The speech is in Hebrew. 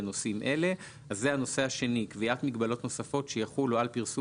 בנושאים אלה אז זה הנושא השני: קביעת מגבלות נוספת שיחולו על פרסום